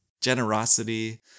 generosity